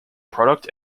product